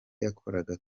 yakoraga